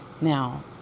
now